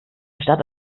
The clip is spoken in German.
statt